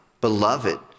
beloved